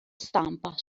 stampa